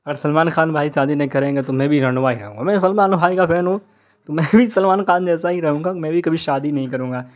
اگر سلمان خان بھائی شادی نہیں کریں گے تو میں بھی رنڈوا ہی رہوں گا میں سلمان بھائی کا فین ہوں تو میں بھی سلمان خان جیسا ہی رہوں گا میں بھی کبھی شادی نہیں کروں گا